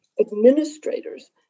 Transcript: administrators